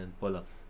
pull-ups